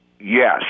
yes